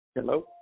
Hello